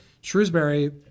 shrewsbury